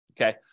okay